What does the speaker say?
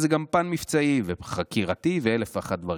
ויש לזה גם פן מבצעי וחקירתי ואלף ואחת דברים.